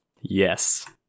Yes